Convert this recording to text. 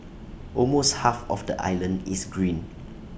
almost half of the island is green